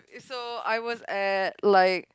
so I was at like